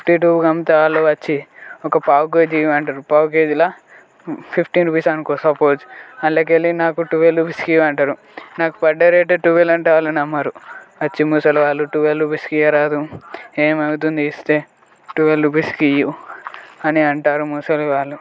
fifty టూకి అమ్మితే వాళ్ళు వచ్చి ఒక పావు కేజీ ఇవ్వి అంటారు పావు కేజీల ఫిఫ్టిన్ రూపీస్ అనుకో సపోజ్ అందులోకి వెళ్లి నాకు టువెల్ రూపీస్కి ఇవ్వి అంటారు నాకు పడ్డ రేటే టువల్ అంటే వాళ్ళు నమ్మరు వచ్చి ముసలివాళ్ళు టువల్ రూపీస్కి ఇవ్వరాదు ఏమవుతుంది ఇస్తే టువల్ రూపీస్కి ఇవ్వు అని అంటారు ముసలివాళ్ళు